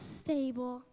stable